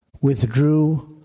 withdrew